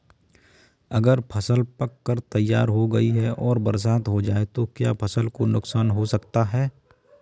अगर फसल पक कर तैयार हो गई है और बरसात हो जाए तो क्या फसल को नुकसान हो सकता है?